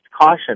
caution